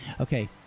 Okay